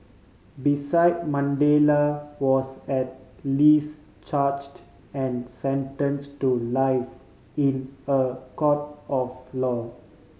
beside Mandela was at least charged and sentence to life in a court of law